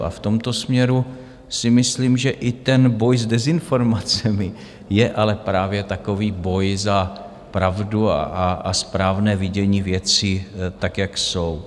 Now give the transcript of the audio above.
A v tomto směru si myslím, že i boj s dezinformaci je ale právě takový boj za pravdu a správné vidění věcí tak, jak jsou.